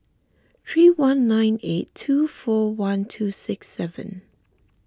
three one nine eight two four one two six seven